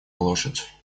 лошадь